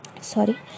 sorry